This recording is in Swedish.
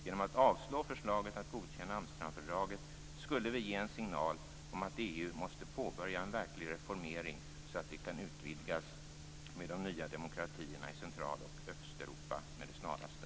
Genom att avslå förslaget att godkänna Amsterdamfördraget skulle vi ge en signal om att EU måste påbörja en verklig reformering så att det kan utvidgas med de nya demokratierna i Central och Östeuropa i det snaraste.